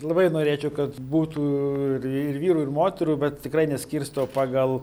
labai norėčiau kad būtų ir ir vyrų ir moterų bet tikrai neskirstau pagal